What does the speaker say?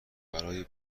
برای